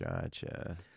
Gotcha